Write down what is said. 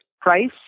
price